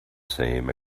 same